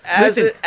Listen